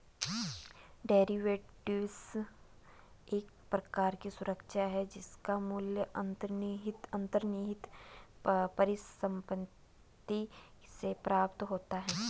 derivatives एक प्रकार की सुरक्षा है जिसका मूल्य अंतर्निहित परिसंपत्ति से प्राप्त होता है